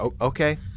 Okay